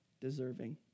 deserving